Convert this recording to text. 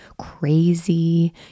crazy